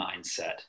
mindset